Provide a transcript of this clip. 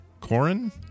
Corin